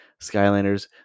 Skylanders